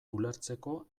ulertzeko